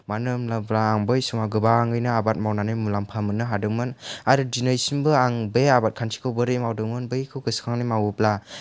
मानो होनोब्ला आं बै समाव गोबाङैनो आबाद मावनानै मुलाम्फा मोननो हादोंमोन आरो दिनैसिमबो आं बे आबाद खान्थिखौ बोरै मोवदोंमोन बैखौ गोसो खांनानै मावोब्ला